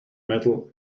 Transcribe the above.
metal